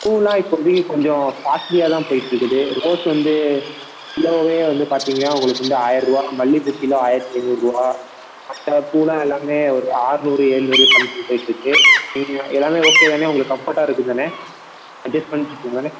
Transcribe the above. பூவெலாம் இப்போ வந்து கொஞ்சம் காஸ்ட்லியாக தான் போய்கிட்டு இருக்குது ரோஸ் வந்து கிலோவே வந்து பார்த்தீங்கனா உங்களுக்கு வந்து ஆயரூபா மல்லி பூ கிலோ ஆயிரத்து ஐநூறு ரூபா மற்ற பூவெலாம் எல்லாமே ஒரு ஆறுநூறு எழுநூறு சம்திங் போய்கிட்டு இருக்கு டெய்லியும் எல்லாமே ஓகே தானே உங்களுக்கு கம்ஃபர்ட்டாக இருக்கும் தானே அட்ஜஸ் பண்ணிக்குவிங்க தானே